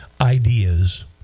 Ideas